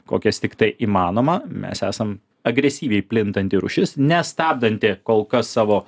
kokias tiktai įmanoma mes esam agresyviai plintanti rūšis nestabdanti kol kas savo